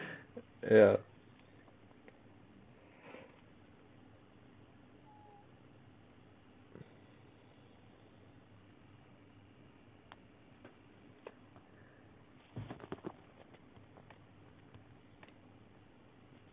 ya